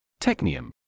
Technium